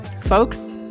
Folks